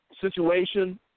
situation